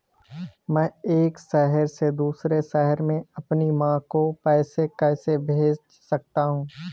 मैं एक शहर से दूसरे शहर में अपनी माँ को पैसे कैसे भेज सकता हूँ?